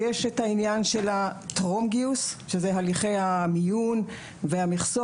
יש את העניין של טרום הגיוס שזה הליכי המיון והמכסות,